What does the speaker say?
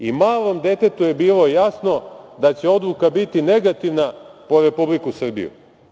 I malom detetu je bilo jasno da će odluka biti negativna po Republiku Srbiju.